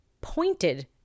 pointed